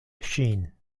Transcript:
ŝin